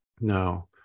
no